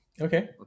Okay